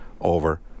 over